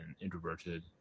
introverted